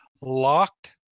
locked